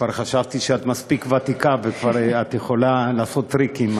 כבר חשבתי שאת מספיק ותיקה ואת כבר יכולה לעשות טריקים,